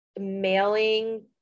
mailing